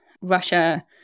Russia